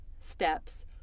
steps